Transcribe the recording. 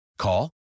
Call